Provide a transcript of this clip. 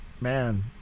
man